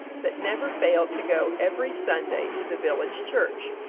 that never failed to go every sunday to the village church.